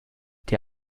die